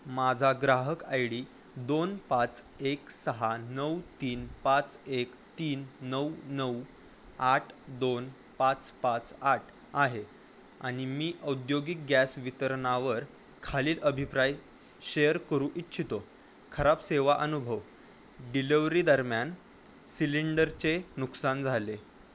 माझा ग्राहक I D दोन पाच एक सहा नऊ तीन पाच एक तीन नऊ नऊ आठ दोन पाच पाच आठ आहे आणि मी औद्योगिक गॅस वितरणावर खालील अभिप्राय शेअर करू इच्छितो खराब सेवा अनुभव डिलवरी दरम्यान सिलेंडरचे नुकसान झाले